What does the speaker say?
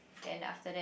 then after that